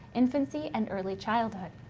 infancy, and early childhood.